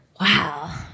wow